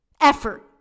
effort